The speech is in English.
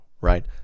right